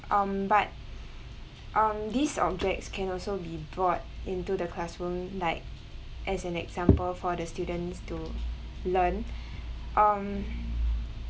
um but um these objects can also be brought into the classroom like as an example for the students to learn um